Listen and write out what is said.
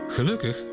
Gelukkig